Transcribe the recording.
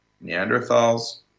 Neanderthal's